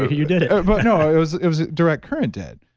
but you did it but no, it was it was direct current did.